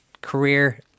career